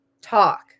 Talk